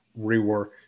rework